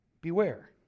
beware